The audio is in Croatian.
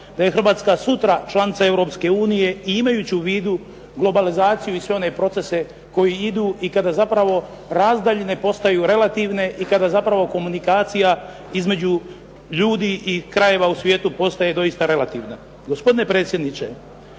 da je Hrvatska sutra članica Europske unije i imajući u vidu globalizaciju i sve one procese koji idu i kada zapravo razdaljine postaju relativne i kada zapravo komunikacija između ljudi i krajeva u svijetu postaje doista relativna.